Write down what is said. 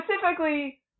specifically